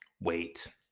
wait